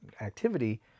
activity